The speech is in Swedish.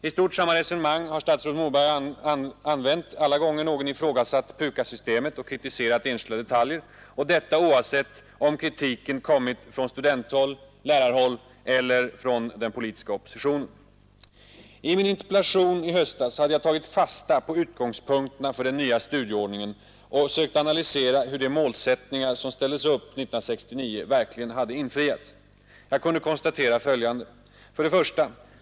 I stort sett samma resonemang har statsrådet Moberg använt alla gånger någon ifrågasatt PUKAS-systemet och kritiserat enskilda detaljer, och detta oavsett om kritiken kommit ifrån studenthåll, lärarhåll eller från den politiska oppositionen. I min interpellation i höstas hade jag tagit fasta på utgångspunkterna för den nya studieordningen och sökt analysera hur de målsättningar som ställdes upp 1969 verkligen hade infriats. Jag kunde konstatera följande: 1.